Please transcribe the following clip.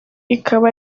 ikaba